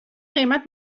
قیمت